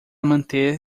manter